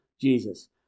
Jesus